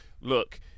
look